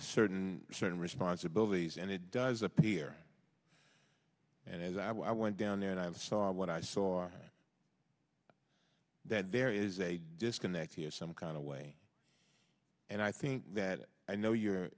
a certain certain responsibilities and it does appear and as i went down there and i saw what i saw or that there is a disconnect here some kind of way and i think that i know your